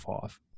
five